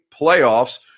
playoffs